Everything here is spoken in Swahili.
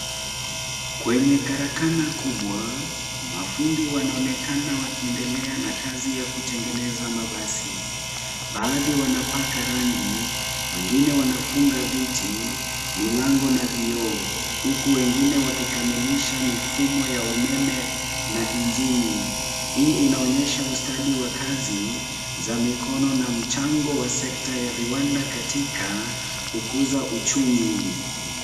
Kwenye karakana kubwa, mafundi wanaonekana wakiendelea na kazi ya kutengeneza mabasi. Baadhi wanapaka rangi, wengine wanafunga viti, milango na vioo, huku wengine wakikamilisha mifumo ya umeme na injini, hii inaonyesha ustadi wa kazi za mikono na mchango wa sekta ya viwanda katika kukuza uchumi.